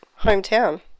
hometown